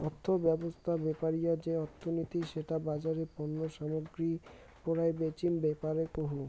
অর্থব্যবছস্থা বেপারি যে অর্থনীতি সেটা বাজারে পণ্য সামগ্রী পরায় বেচিম ব্যাপারে কুহ